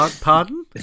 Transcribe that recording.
Pardon